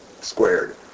squared